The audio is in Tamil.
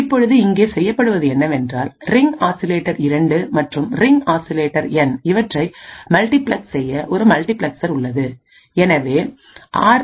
இப்போது இங்கே செய்யப்படுவது என்னவென்றால் ரிங் ஆசிலேட்டர் 2 மற்றும் ரிங் ஆசிலேட்டர் என் இவற்றை மல்டிபிளக்ஸ் செய்ய ஒரு மல்டிபிளெக்சர் உள்ளது எனவேஆர்